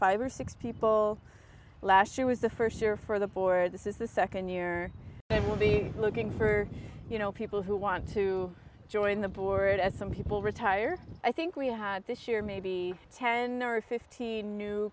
five or six people last year was the first year for the board this is the second year and we'll be looking for you know people who want to join the board as some people retire i think we had this year maybe ten or fifteen new